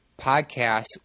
podcasts